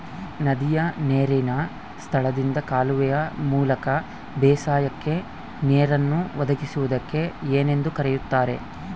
ನದಿಯ ನೇರಿನ ಸ್ಥಳದಿಂದ ಕಾಲುವೆಯ ಮೂಲಕ ಬೇಸಾಯಕ್ಕೆ ನೇರನ್ನು ಒದಗಿಸುವುದಕ್ಕೆ ಏನೆಂದು ಕರೆಯುತ್ತಾರೆ?